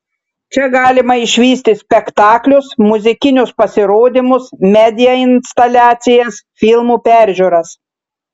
čia galima išvysti spektaklius muzikinius pasirodymus media instaliacijas filmų peržiūras